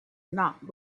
not